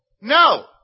No